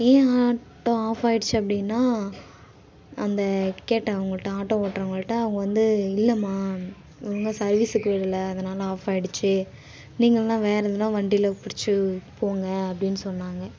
ஏன் auto off ஆகிடுச்சி அப்படின்னா அந்த கேட்டேன் அவங்கள்ட்ட ஆட்டோ ஓட்டுறவங்கள்ட்ட அவங்க வந்து இல்லைமா ஒழுங்காக சர்வீஸுக்கு விடலை அதனால் ஆஃப் ஆகிடுச்சி நீங்கள் இல்லைனா வேறே எதனா வண்டியில் பிடிச்சி போங்க அப்படின்னு சொன்னாங்க